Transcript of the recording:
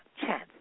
chance